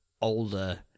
older